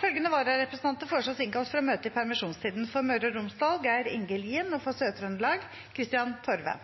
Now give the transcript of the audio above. Følgende vararepresentanter innkalles for å møte i permisjonstiden: For Møre og Romsdal: Geir Inge Lien For Sør-Trøndelag: Kristian Torve